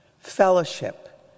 fellowship